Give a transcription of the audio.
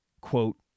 quote